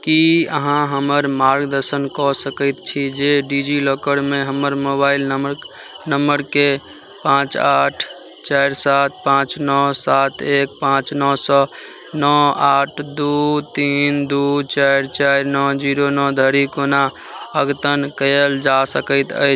कि अहाँ हमर मार्गदर्शन कऽ सकै छी जे डिजिलॉकरमे हमर मोबाइल नम्बर नम्बरकेँ पाँच आठ चारि सात पाँच नओ सात एक पाँच नओ सओ नओ आठ दुइ तीन दुइ चारि चारि नओ जीरो नओ धरि कोना अद्यतन कएल जा सकैत अछि